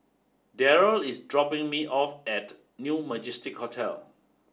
Daryl is dropping me off at New Majestic Hotel